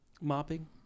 mopping